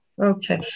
Okay